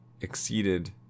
exceeded